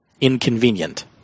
inconvenient